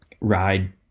ride